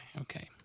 Okay